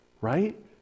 right